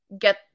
get